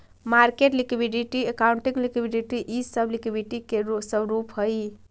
market liquidity, accounting liquidity इ सब liquidity के स्वरूप हई